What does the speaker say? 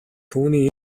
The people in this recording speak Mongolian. түүний